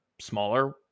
smaller